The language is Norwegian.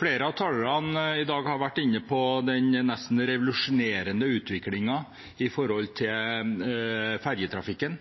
Flere av talerne i dag har vært inne på den nesten revolusjonerende utviklingen av ferjetrafikken,